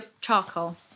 charcoal